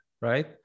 right